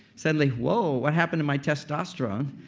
suddenly, whoa, what happened to my testosterone?